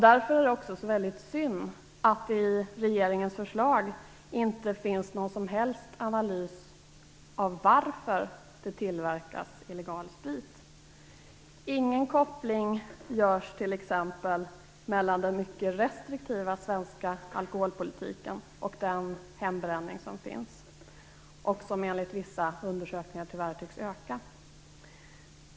Därför är det så synd att det i regeringens förslag inte finns någon som helst analys av varför det tillverkas illegal sprit. Ingen koppling görs t.ex. mellan den mycket restriktiva svenska alkoholpolitiken och den hembränning som förekommer och som enligt vissa undersökningar, tyvärr, tycks öka.